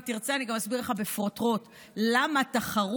אם תרצה אני גם אסביר לך בפרוטרוט למה תחרות